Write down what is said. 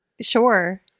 Sure